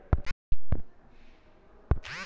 माया शेतामंदी मिर्चीले लई बार यायले का करू?